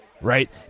right